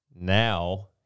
Now